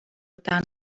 dan